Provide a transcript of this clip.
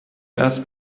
erst